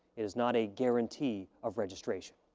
it is not a guarantee of registration.